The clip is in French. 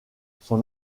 son